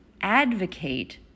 Advocate